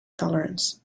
tolerance